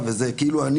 שם,